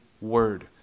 word